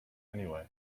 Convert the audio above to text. anyway